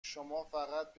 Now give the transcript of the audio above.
شمافقط